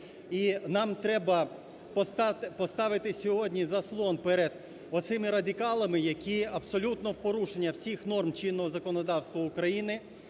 Нам треба поставити сьогодні заслон перед оцими радикалами, які абсолютно в порушення всіх норм чинного законодавства України